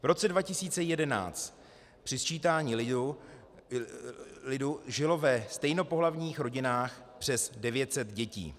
V roce 2011 při sčítání lidu žilo ve stejnopohlavních rodinách přes 900 dětí.